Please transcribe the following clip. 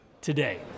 today